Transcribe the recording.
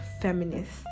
feminist